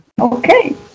Okay